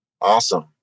awesome